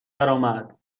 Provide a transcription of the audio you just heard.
درآمد